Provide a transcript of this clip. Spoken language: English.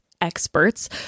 experts